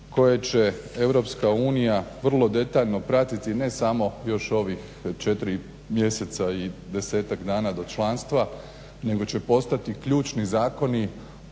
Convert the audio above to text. koje će europska unija vrlo detaljno pratiti ne samo još ovih četiri mjeseca i desetak dana do članstva nego će postati ključni zakoni